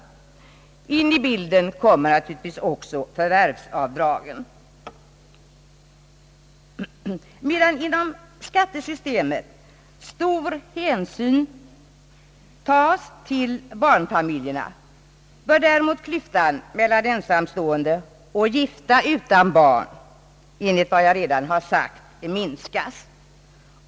In i bilden kommer också förvärvsavdragen. Medan inom skattesystemet stor hänsyn tas till barnfamiljerna, bör däremot klyftan mellan ensamstående och gifta utan barn minskas, enligt vad jag redan har sagt.